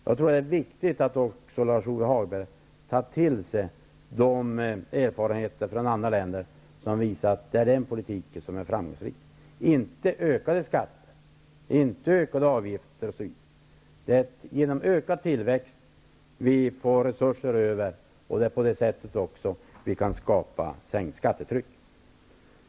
Jag tror att det är viktigt att också Lars Ove Hagberg tar till sig de erfarenheter från andra länder som visar att det är den politiken som är framgångsrik -- inte ökade skatter och avgifter, osv. Det är genom ökad tillväxt som vi får resurser över, och det är också på det sättet som vi kan åstadkomma sänkt skattetryck.